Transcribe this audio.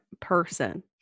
person